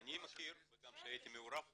שאני מכיר וגם שהייתי מעורב בהם,